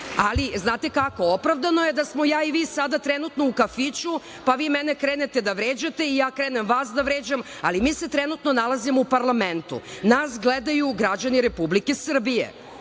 ali znate kako, opravdano je da smo ja i vi sada trenutno u kafiću pa vi mene krenete da vređate i ja krenem vas da vređam, ali mi se trenutno nalazimo u parlamentu. Nas gledaju građani Republike Srbije.